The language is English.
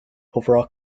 overall